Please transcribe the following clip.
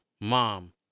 mom